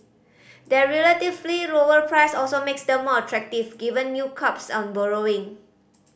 their relatively lower price also makes them more attractive given new curbs on borrowing